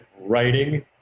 writing